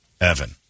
Evan